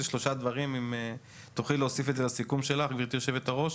שלושה דברים אם תוכלי להוסיף את זה לסיכום שלך גברתי יושבת הראש.